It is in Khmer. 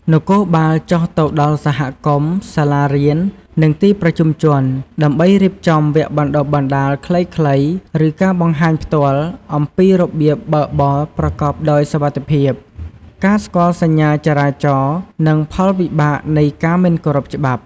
នគរបាលចុះទៅដល់សហគមន៍ សាលារៀន និងទីប្រជុំជន ដើម្បីរៀបចំ វគ្គបណ្តុះបណ្តាលខ្លីៗ ឬការបង្ហាញផ្ទាល់ អំពីរបៀបបើកបរប្រកបដោយសុវត្ថិភាព ការស្គាល់សញ្ញាចរាចរណ៍ និងផលវិបាកនៃការមិនគោរពច្បាប់។